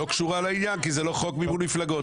קשורה לעניין כי זה לא חוק מימון מפלגות.